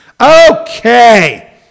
Okay